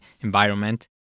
environment